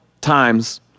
times